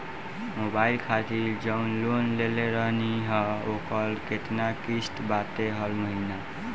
Mobile खातिर जाऊन loan लेले रहनी ह ओकर केतना किश्त बाटे हर महिना?